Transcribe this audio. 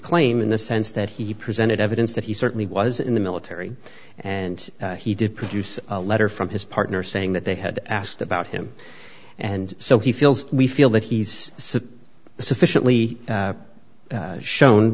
claim in the sense that he presented evidence that he certainly was in the military and he did produce a letter from his partner saying that they had asked about him and so he feels we feel that he's sufficiently